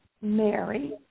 Mary